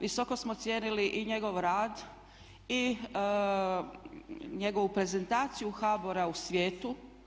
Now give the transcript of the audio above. Visoko smo cijenili i njegov rad i njegovu prezentaciju HBOR-a u svijetu.